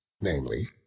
namely